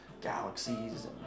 galaxies